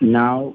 now